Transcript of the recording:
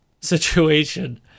situation